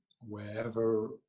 wherever